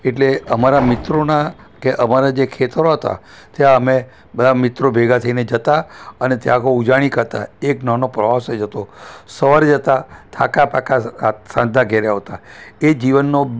એટલે અમારા મિત્રોના કે અમારા જે ખેતરો હતા ત્યાં અમે બધા મિત્રો ભેગા થઈને જતા અને ત્યાં આખો ઉજાણી કરતા એક નાનો પ્રવાસે થઈ જતો સવારે જતાં થાકા પાકા સાંજના ઘેરે આવતા એ જીવનનો